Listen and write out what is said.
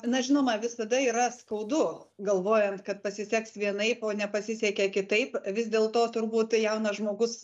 na žinoma visada yra skaudu galvojant kad pasiseks vienaip o nepasisekė kitaip vis dėlto turbūt jaunas žmogus